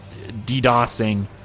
DDoSing